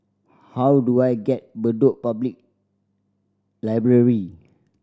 how do I get Bedok Public Library